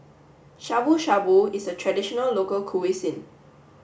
Shabu Shabu is a traditional local cuisine